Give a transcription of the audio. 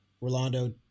Rolando